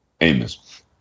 Amos